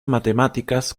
matemáticas